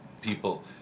people